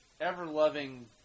ever-loving